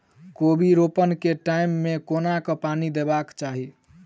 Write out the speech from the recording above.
कोबी रोपय केँ टायम मे कोना कऽ पानि देबाक चही?